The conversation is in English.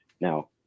now